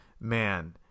man